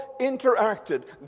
interacted